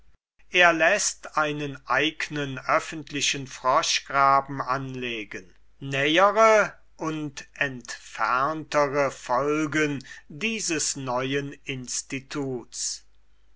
er läßt einen eignen öffentlichen froschgraben anlegen nähere und entferntere folgen dieses neuen instituts